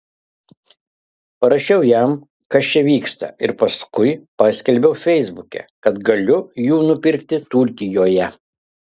parašiau jam kas čia vyksta ir paskui paskelbiau feisbuke kad galiu jų nupirkti turkijoje